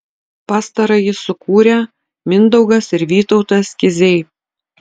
pastarąjį sukūrė mindaugas ir vytautas kiziai